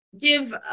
give